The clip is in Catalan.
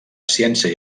ciència